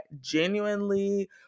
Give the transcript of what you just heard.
genuinely